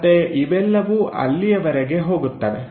ಮತ್ತೆ ಇವೆಲ್ಲವೂ ಅಲ್ಲಿಯವರೆಗೆ ಹೋಗುತ್ತವೆ